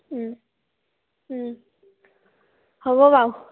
হ'ব বাৰু